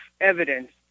evidence